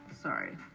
sorry